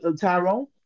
Tyrone